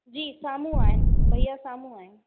जी साम्हूं आहिनि भैया साम्हूं आहिनि